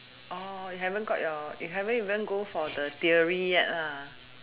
haven't got your you haven't even go for the theory yet